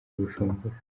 bujumbura